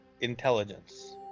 intelligence